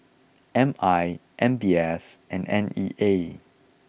M I M B S and N E A